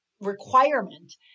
requirement